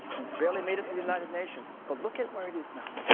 it's barely made it to the united nations, but look at where it is now.